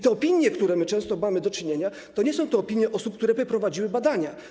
Te opinie, z którymi często mamy do czynienia, to nie są opinie osób, które prowadzą badania.